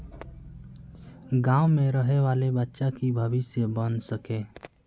गाँव में रहे वाले बच्चा की भविष्य बन सके?